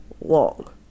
long